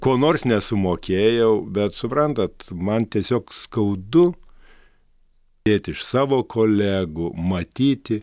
ko nors nesumokėjau bet suprantat man tiesiog skaudu net iš savo kolegų matyti